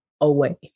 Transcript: away